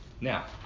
now